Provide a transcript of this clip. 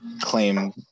claim